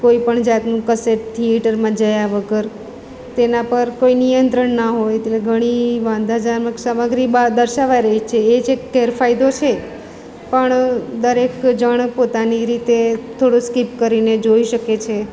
કોઈ પણ જાતનું કશે થિએટરમાં ગયા વગર તેના પર કોઈ નિયંત્રણ ના હોય તે ઘણી વાંધાજનામક સમગ્રી બહાર દર્શાવાઈ રહી છે એ જ એક ગેરફાયદો છે પણ દરેક જણ પોતાની રીતે થોડું સ્કીપ કરીને જોઈએ શકે છે